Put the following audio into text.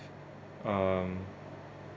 um